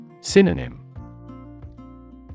Synonym